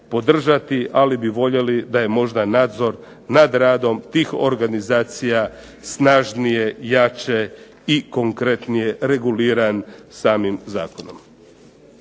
ali bi voljeli da je možda nadzor nad radom tih organizacija snažnije, jače i konkretnije reguliran samim zakonom.